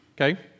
okay